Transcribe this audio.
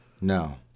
no